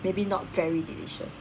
maybe not very delicious